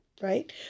right